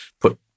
put